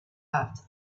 after